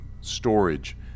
storage